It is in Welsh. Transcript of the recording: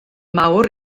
mawr